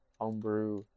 homebrew